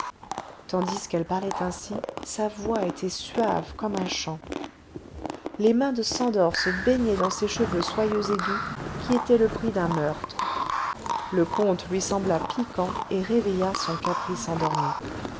tandis qu'elle parlait ainsi sa voix était suave comme un chant les mains de szandor se baignaient dans ces cheveux soyeux et doux qui étaient le prix d'un meurtre le conte lui sembla piquant et réveilla son caprice endormi